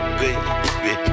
baby